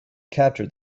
captured